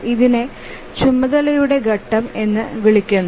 ഇതിനെ ചുമതലയുടെ ഘട്ടം എന്ന് വിളിക്കുന്നു